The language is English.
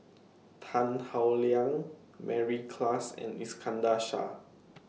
Tan Howe Liang Mary Klass and Iskandar Shah